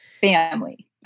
family